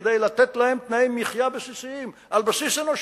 כדי לתת להם תנאי מחיה בסיסיים על בסיס אנושי?